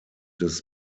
des